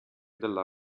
della